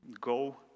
go